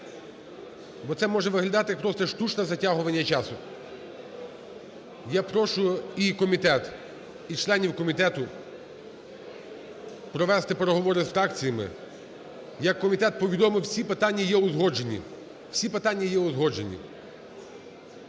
бо це може виглядати просто як штучне затягування часу. Я прошу і комітет, і членів комітету провести переговори з фракціями, як комітет повідомив, всі питання є узгоджені, всі питання є узгоджені.